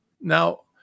now